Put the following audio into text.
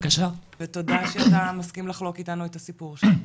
ותודה שאתה מסכים לחלוק איתנו את הסיפור שלך.